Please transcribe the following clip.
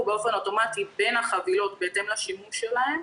באופן אוטומטי בין החבילות בהתאם לשימוש שלהן,